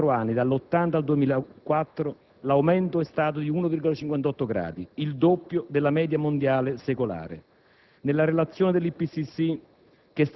secondo i dati dell'APAT, in soli 24 anni (dal 1980 al 2004) l'aumento è stato di 1,58 gradi: il doppio della media mondiale secolare.